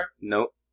Nope